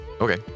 Okay